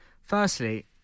Firstly